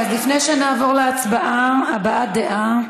אז לפני שנעבור להצבעה, הבעת דעה.